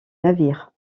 navires